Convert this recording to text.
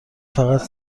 فقط